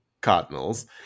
cardinals